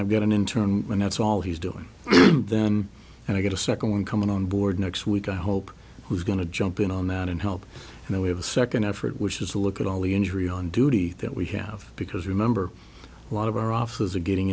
i've got an intern and that's all he's doing and then i get a second one coming on board next week i hope who's going to jump in on that and help and we have a second effort which is to look at all the injury on duty that we have because remember a lot of our officers are getting